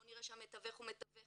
בוא נראה שהמתווך הוא מתווך